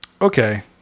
okay